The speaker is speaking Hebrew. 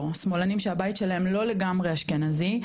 שמאלנים שהבית שלהם לא לגמרי אשכנזי,